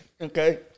Okay